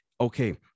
okay